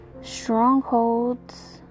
Strongholds